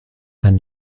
and